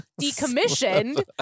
decommissioned